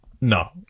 no